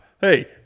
Hey